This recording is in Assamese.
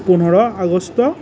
পোন্ধৰ আগষ্ট